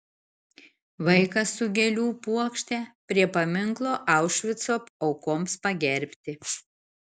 vaikas su gėlių puokšte prie paminklo aušvico aukoms pagerbti